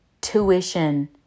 tuition